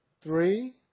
Three